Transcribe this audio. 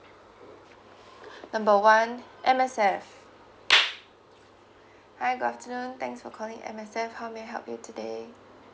number one M_S_F hi good afternoon thanks for calling M_S_F how may I help you today